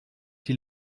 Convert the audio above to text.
die